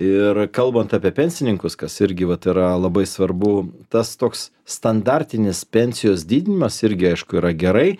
ir kalbant apie pensininkus kas irgi vat yra labai svarbu tas toks standartinis pensijos didinimas irgi aišku yra gerai